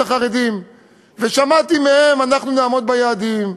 החרדים ושמעתי מהם: אנחנו נעמוד ביעדים,